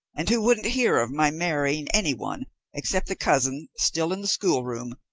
and who wouldn't hear of my marrying anyone except the cousin, still in the schoolroom,